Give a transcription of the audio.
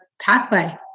pathway